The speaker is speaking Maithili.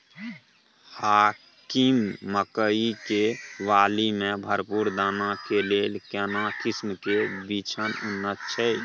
हाकीम मकई के बाली में भरपूर दाना के लेल केना किस्म के बिछन उन्नत छैय?